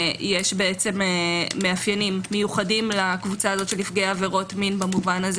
יש מאפיינים מיוחדים לקבוצה הזאת של נפגעי עבירות מין במובן הזה